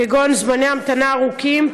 כגון זמני המתנה ארוכים,